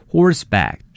horseback